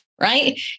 right